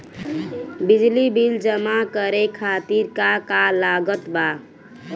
बिजली बिल जमा करे खातिर का का लागत बा?